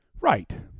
Right